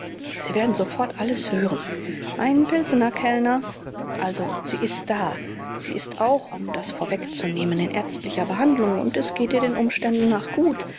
sie werden sofort alles hören ein pilsener kellner also sie ist da sie ist auch um das vorwegzunehmen in ärztlicher behandlung und es geht ihr den umständen nach gut